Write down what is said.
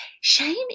shame